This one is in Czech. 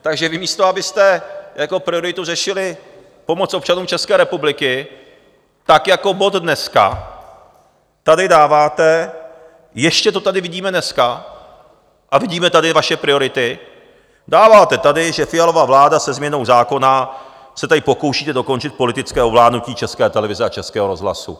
Takže vy, místo abyste jako prioritu řešili pomoc občanům České republiky, jako bod dneska tady dáváte ještě to tady vidíme dneska a vidíme tady vaše priority dáváte tady, že Fialova vláda se změnou zákona, pokoušíte se tady dokončit politické ovládnutí České televize a Českého rozhlasu.